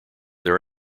there